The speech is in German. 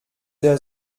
der